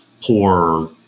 poor